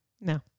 no